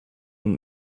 und